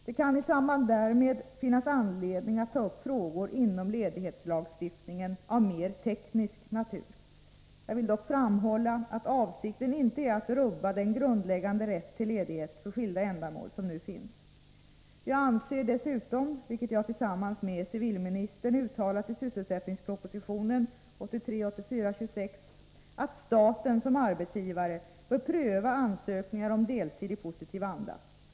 Det kan i samband därmed finnas anledning att ta upp frågor inom ledighetslagstiftningen av mer teknisk natur. Jag vill dock framhålla att avsikten inte är att rubba den grundläggande rätt till ledighet för skilda ändamål som nu finns. Jag anser dessutom, vilket jag tillsammans med civilministern uttalat i sysselsättningspropositionen 1983/84:26, att staten som arbetsgivare bör pröva ansökningar om deltid i positiv anda.